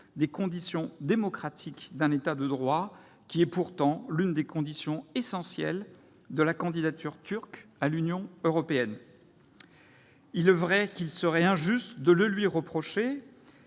des conditions démocratiques d'un État de droit, qui est pourtant l'une des conditions essentielles de la candidature turque à l'Union européenne. Il est vrai qu'il serait injuste de reprocher